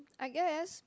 I guess